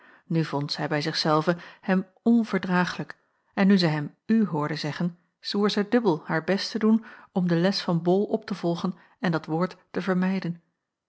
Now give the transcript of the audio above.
nu vond zij bij zich zelve hem onverdraaglijk en nu zij hem u hoorde zeggen zwoer zij dubbel haar best te doen om de les van bol op te volgen en dat woord te vermijden